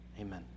amen